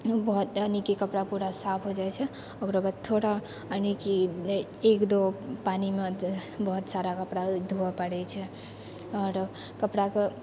बहुत यानीकि कपड़ा पूरा साफ भऽ जाइ छै ओकरा बाद थोड़ा यानीकि एक दो पानीमे बहुत सारा कपड़ा धोअऽ पड़ै छै आओर कपड़ाके